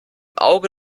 auge